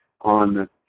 on